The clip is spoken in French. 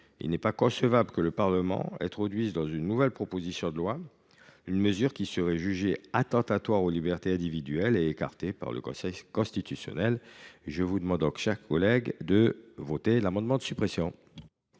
il n’est pas concevable que le Parlement introduise dans une nouvelle proposition de loi une mesure qui serait jugée attentatoire aux libertés individuelles et écartée par le Conseil constitutionnel. Pour ces raisons, mes chers collègues, je vous demande de voter cet amendement de suppression